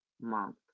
month